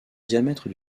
diamètre